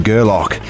Gerlock